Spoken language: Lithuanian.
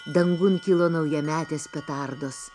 dangun kilo naujametės petardos